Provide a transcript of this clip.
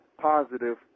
positive